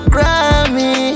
Grammy